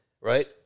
right